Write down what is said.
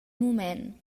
mument